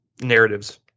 narratives